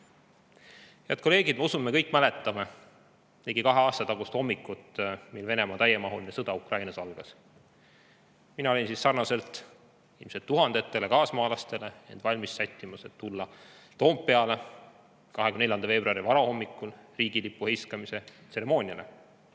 Ma usun, et me kõik mäletame ligi kahe aasta tagust hommikut, mil Venemaa täiemahuline sõda Ukrainas algas. Mina olin siis – ilmselt sarnaselt tuhandete kaasmaalastega – end valmis sättimas, et tulla Toompeale 24. veebruari varahommikul riigilipu heiskamise tseremooniale.